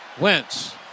Wentz